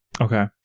Okay